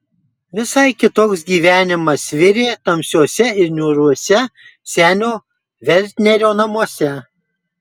visai kitoks gyvenimas virė tamsiuose ir niūriuose senio vernerio namuose